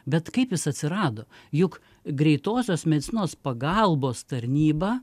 bet kaip jis atsirado juk greitosios medicinos pagalbos tarnyba